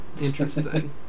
Interesting